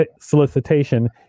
solicitation